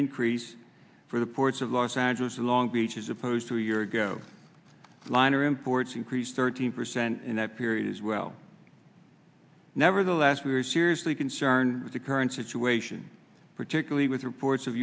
increase for the ports of los angeles and long beach as opposed to a year ago liner imports increased thirteen percent in that period as well nevertheless we are seriously concerned with the current situation particularly with reports of